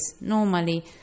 normally